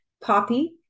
Poppy